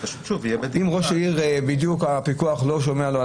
אם הפיקוח לא עושה את זה,